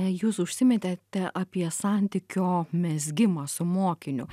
jūs užsiminėte apie santykio mezgimą su mokiniu